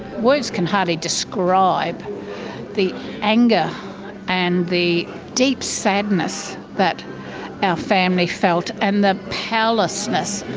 words can hardly describe the anger and the deep sadness that our family felt and the powerlessness,